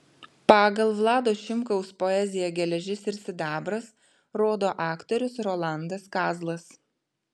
pagal vlado šimkaus poeziją geležis ir sidabras rodo aktorius rolandas kazlas